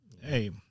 Hey